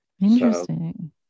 Interesting